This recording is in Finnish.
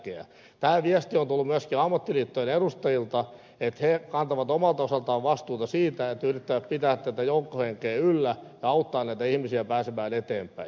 tämä viesti on tullut myöskin ammattiliittojen edustajilta että he kantavat omalta osaltaan vastuuta siitä että yrittävät pitää joukkohenkeä yllä ja auttaa näitä ihmisiä pääsemään eteenpäin